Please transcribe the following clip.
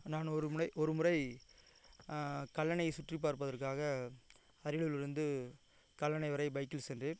நான் ஒரு முறை ஒரு முறை கல்லணை சுற்றிப் பார்ப்பதற்காக அரியலூரிலிருந்து கல்லணை வரை பைக்கில் சென்றேன்